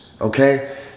Okay